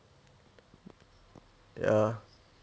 ya